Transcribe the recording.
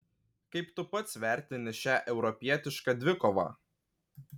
kaip tu pats vertini šią europietišką dvikovą